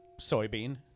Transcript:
soybean